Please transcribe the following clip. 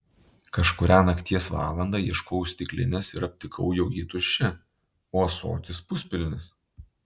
kažkurią nakties valandą ieškojau stiklinės ir aptikau jog ji tuščia o ąsotis puspilnis